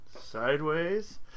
sideways